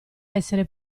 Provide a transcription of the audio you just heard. essere